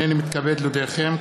הנני מתכבד להודיעכם,